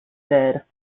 there